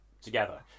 together